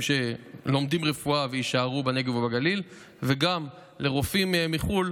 שלומדים רפואה ויישארו בנגב ובגליל וגם לרופאים מחו"ל.